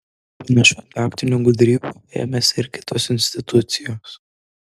panašių taktinių gudrybių ėmėsi ir kitos institucijos